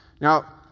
Now